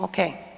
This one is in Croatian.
Ok.